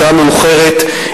השעה מאוחרת,